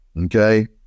Okay